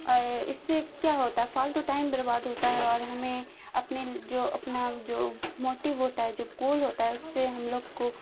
اور اس سے کیا ہوتا ہے فالتو ٹائم برباد ہوتا ہے اور ہمیں اپنے جو اپنا جو موٹو ہوتا ہے جو گول ہوتا ہے اس سے ہم لوگ کو